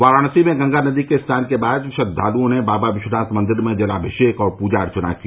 वाराणसी में गंगा नदी में स्नान के बाद श्रद्वालुओं ने बाबा विश्वनाथ मन्दिर में जलानिषेक और पूजा अर्चना की